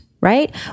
right